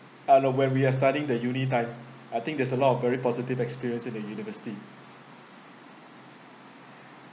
ah no when we are studying the UNI time I think there is a lot of very positive experience in the university